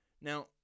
Now